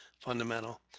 fundamental